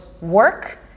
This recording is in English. work